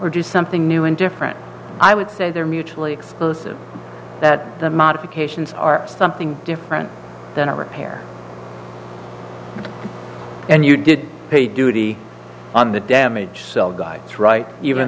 or do something new and different i would say they're mutually exclusive that the modifications are something different than a repair and you did pay duty on the damage cell guys right even